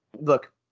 Look